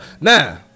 Now